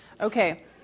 Okay